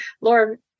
Lord